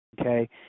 Okay